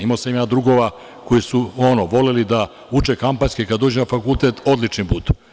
Imao sam drugova koji su voleli da uče kampanjski, kada dođu na fakultet, odlični budu.